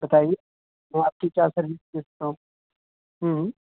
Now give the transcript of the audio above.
بتائیے میں آپ کی کیا سروس سکتا ہوں ہوں